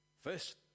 first